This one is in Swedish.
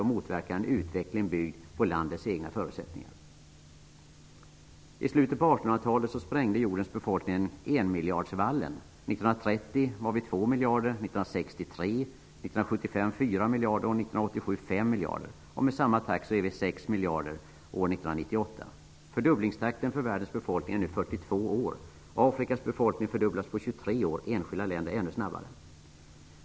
Det motverkar en utveckling som bygger på landets egna förutsättningar. I slutet av 1800-talet sprängde jordens befolkning enmiljardsvallen. 1930 var den 2 miljarder. 1960 var den 3 miljarder. 1975 var den 4 miljarder, och 1987 var den 5 miljarder. Med samma takt blir den 6 Fördubblingstakten för världens befolkning är nu enskilda länder går det ännu snabbare.